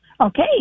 okay